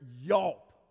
yelp